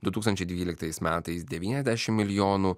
du tūkstančiai dvyliktais metaisdevyniasdešimt milijonų